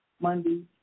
Monday